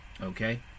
Okay